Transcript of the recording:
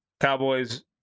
Cowboys